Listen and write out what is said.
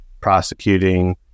prosecuting